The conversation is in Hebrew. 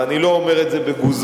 אני לא אומר את זה בגוזמה,